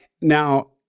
Now